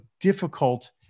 difficult